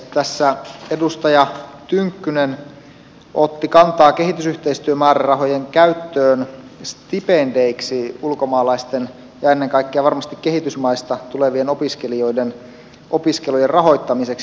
tässä edustaja tynkkynen otti kantaa kehitysyhteistyömäärärahojen käyttöön stipendeiksi ulkomaalaisten ja ennen kaikkea varmasti kehitysmaista tulevien opiskelijoiden opiskelujen rahoittamiseksi